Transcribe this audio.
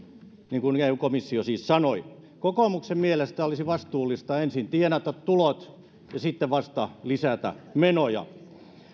niin kuin eu komissio siis sanoi kokoomuksen mielestä olisi vastuullista ensin tienata tulot ja sitten vasta lisätä menoja